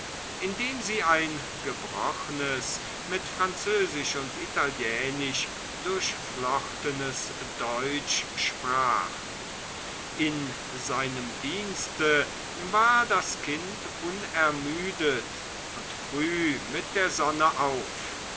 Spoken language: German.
indem sie ein gebrochenes mit französisch und italienisch durchflochtenes deutsch sprach in seinem dienste war das kind unermüdet und früh mit der sonne auf